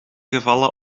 gevallen